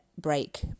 break